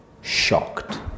shocked